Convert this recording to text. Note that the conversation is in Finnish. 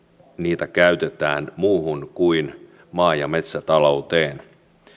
niitä käytetään muuhun kuin maa ja metsätalouteen